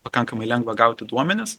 pakankamai lengva gauti duomenis